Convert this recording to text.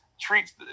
treats